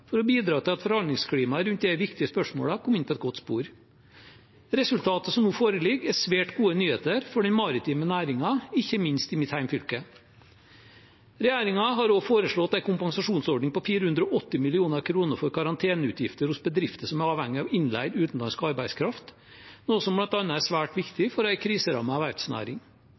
for å bidra til at forhandlingsklimaet rundt disse viktige spørsmålene kom inn på et godt spor. Resultatet som nå foreligger, er svært gode nyheter for den maritime næringen, ikke minst i mitt hjemfylke. Regjeringen har også foreslått en kompensasjonsordning på 480 mill. kr for karanteneutgifter hos bedrifter som er avhengig av innleid utenlandsk arbeidskraft, noe som bl.a. er svært viktig for